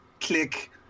Click